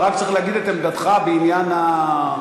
אתה רק צריך להגיד את עמדתך בעניין ההצעה.